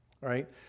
right